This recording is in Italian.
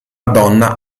donna